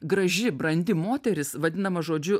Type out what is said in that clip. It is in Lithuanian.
graži brandi moteris vadinama žodžiu